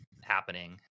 happening